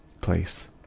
place